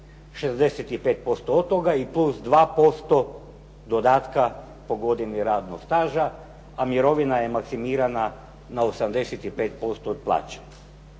65% od toga i plus 2% dodatka po godini radnog staža, a mirovina je maksimizirana na 85% od plaće.